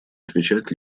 отвечать